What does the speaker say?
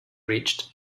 reached